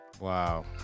Wow